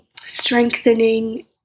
strengthening